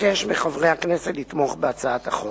אבקש מחברי הכנסת לתמוך בהצעת החוק.